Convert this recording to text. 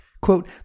Quote